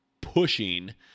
pushing